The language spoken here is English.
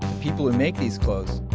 people who make these clothes,